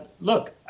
Look